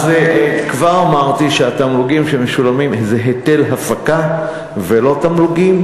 אז כבר אמרתי שהתמלוגים שמשולמים זה היטל הפקה ולא תמלוגים.